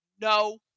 No